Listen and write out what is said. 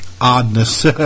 oddness